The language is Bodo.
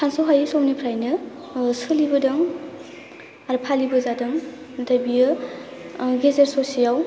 सानस'हायै समनिफ्रायनो सोलिबोदों आरो फालिबोजादों नाथाय बेयो गेजेर ससेआव